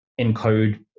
encode